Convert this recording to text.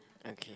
okay